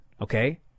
okay